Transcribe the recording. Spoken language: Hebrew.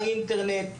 באינטרנט,